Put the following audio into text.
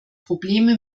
probleme